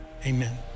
amen